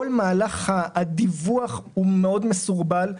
כל מהלך הדיווח הוא מאוד מסורבל.